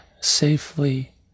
safely